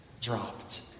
dropped